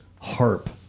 harp